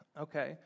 Okay